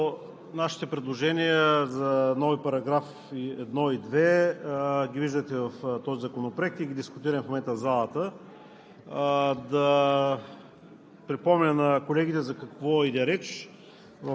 Уважаеми господин Председател, уважаеми колеги! Неслучайно нашите предложения за нови параграфи 1 и 2 ги виждате в този законопроект и ги дискутираме в момента в залата.